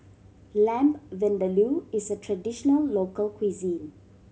Lamb Vindaloo is a traditional local cuisine